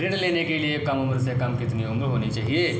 ऋण लेने के लिए कम से कम कितनी उम्र होनी चाहिए?